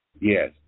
Yes